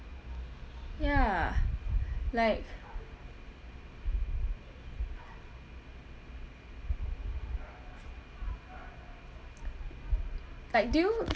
ya like like do you